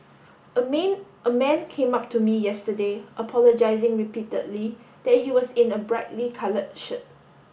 a a man came up to me yesterday apologising repeatedly that he was in a brightly coloured shirt